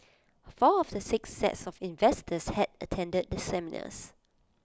four of the six sets of investors had attended the seminars